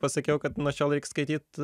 pasakiau kad nuo šiol reik skaityt